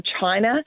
China